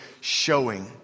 showing